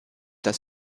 das